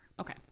Okay